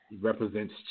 represents